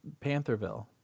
Pantherville